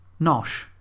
Nosh